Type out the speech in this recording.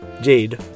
Jade